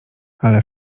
ale